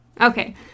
Okay